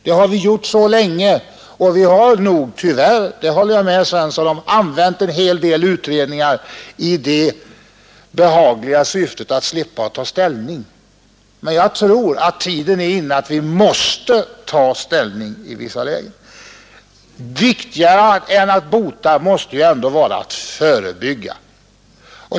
Det har vi gjort länge, och vi har tyvärr — det håller jag med herr Svensson i Kungälv om — använt en hel del utredningar i det behagliga syftet att slippa ta ställning. Men jag tror att tiden är inne då vi måste ta ställning. Viktigare än att bota måste dock vara att förebygga.